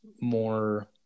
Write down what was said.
more